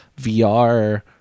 VR